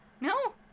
No